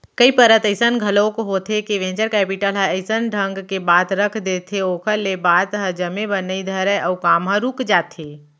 कई परत अइसन घलोक होथे के वेंचर कैपिटल ह अइसन ढंग के बात रख देथे के ओखर ले बात ह जमे बर नइ धरय अउ काम ह रुक जाथे